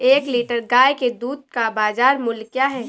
एक लीटर गाय के दूध का बाज़ार मूल्य क्या है?